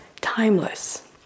timeless